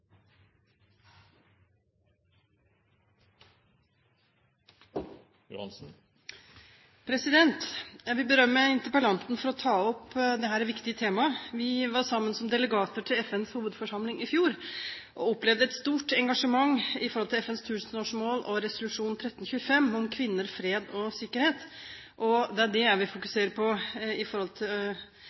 åpenhet. Jeg vil berømme interpellanten for å ta opp dette viktige temaet. Vi var sammen som delegater til FNs hovedforsamling i fjor og opplevde et stort engasjement i forhold til FNs tusenårsmål og resolusjon 1325 om kvinner, fred og sikkerhet. Det er det jeg vil fokusere på sett i forhold til